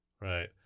right